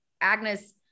Agnes